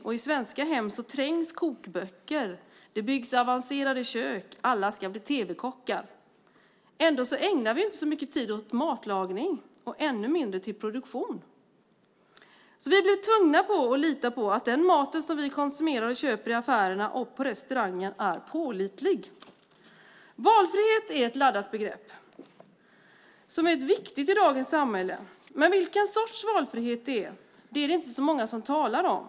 I svenska hem trängs kokböcker, det byggs avancerade kök och alla ska bli tv-kockar. Ändå ägnar vi inte så mycket tid åt matlagning och ännu mindre åt produktion. Vi blir tvungna att lita på att den mat som vi köper i affärerna och konsumerar på restaurangerna är pålitlig. Valfrihet är ett laddat begrepp och är viktigt i dagens samhälle. Men vilken sorts valfrihet det handlar om är det inte så många som talar om.